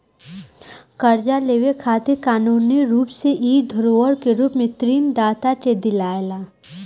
कर्जा लेवे खातिर कानूनी रूप से इ धरोहर के रूप में ऋण दाता के दियाला